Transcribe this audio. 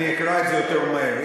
אני אקרא את זה יותר מהר.